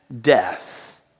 death